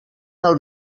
del